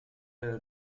della